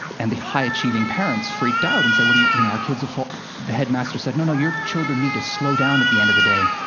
and the high-achieving parents freaked out and said, what are you you know, our kids will fall the headmaster said, no, no, your children need to slow down at the end of the day.